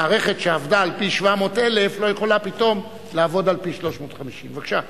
מערכת שעבדה על-פי 700,000 לא יכולה פתאום לעבוד על-פי 350,000. בבקשה,